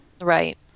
Right